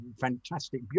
fantastic